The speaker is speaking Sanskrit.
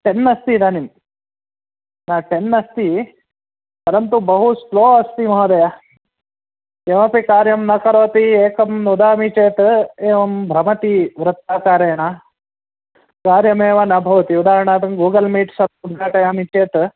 टेन् अस्ति इदानीं न टेन् अस्ति परन्तु बहु स्लो अस्ति महोदय किमपि कार्यं न करोति एकं वदामि चेत् एवं भवति वृथाकरेण कार्यमेव न भवति उदाहरणार्थं गूगल् मीट् सर्वं उद्घाटयामि चेत्